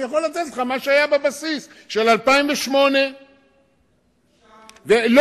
אני יכול לתת לך מה שהיה בבסיס של 2008. לא,